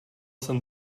jsem